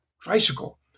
tricycle